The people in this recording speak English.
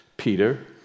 Peter